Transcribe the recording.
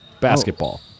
Basketball